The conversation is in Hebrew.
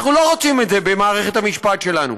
אנחנו לא רוצים את זה במערכת המשפט שלנו.